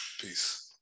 Peace